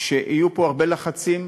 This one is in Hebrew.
שיהיו פה הרבה לחצים,